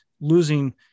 losing